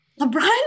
LeBron